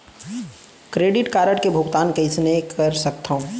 Credit card के भुगतान कईसने कर सकथो?